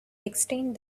extend